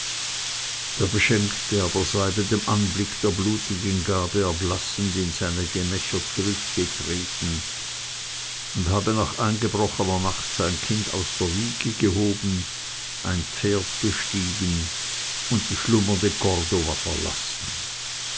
der beschenkte aber sei beim anblicke der blutigen gabe erblassend in seine gemächer zurückgetreten und habe nach eingebrochener nacht sein kind aus der wiege gehoben ein pferd bestiegen und die schlummernde cordova verlassen